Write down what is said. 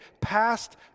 past